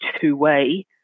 two-way